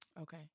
Okay